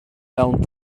mewn